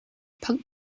punk